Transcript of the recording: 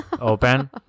open